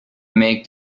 make